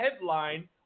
headline